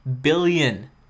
billion